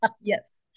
yes